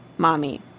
Mommy